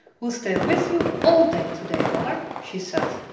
we'll stay with you all day today, mother, she said.